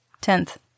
Tenth